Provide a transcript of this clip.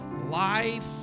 life